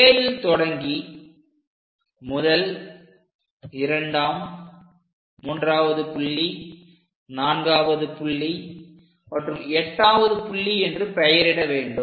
Aல் தொடங்கி முதல் இரண்டாவது புள்ளி மூன்றாவது புள்ளி நான்காவது புள்ளி மற்றும் எட்டாவது புள்ளி என்று பெயரிட வேண்டும்